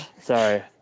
sorry